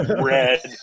red